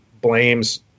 blames